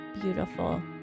beautiful